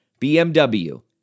BMW